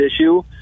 issue